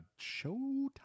Showtime